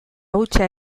hutsa